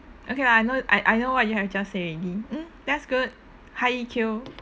okay lah I know I I know what you have just say already mm that's good high E_Q